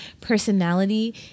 personality